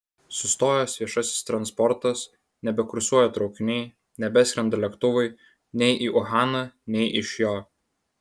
sustojęs viešasis transportas nebekursuoja traukiniai nebeskrenda lėktuvai nei į uhaną nei iš jo